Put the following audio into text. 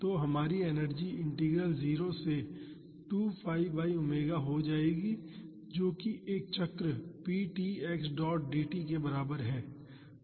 तो हमारी energy integral 0 से 2 फाई बाई ओमेगा हो जाएगी जो कि एक चक्र p t x dot dt के बराबर है